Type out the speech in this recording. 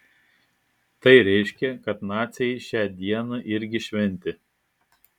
tai reiškia kad naciai šią dieną irgi šventė